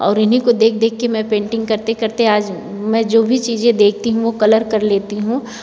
और उन्हीं को देख देख कर मैं पेंटिग करते करते आज मैं जो भी चीज़ें देखती हूँ वह कलर कर लेती हूँ